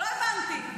לא הבנתי.